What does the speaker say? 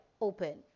open